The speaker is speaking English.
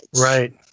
Right